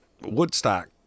Woodstock